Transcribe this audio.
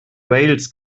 wales